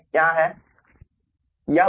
यह वास्तव में w होगा ठीक हैं